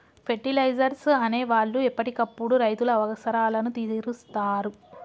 fertilisers అనే వాళ్ళు ఎప్పటికప్పుడు రైతుల అవసరాలను తీరుస్తారు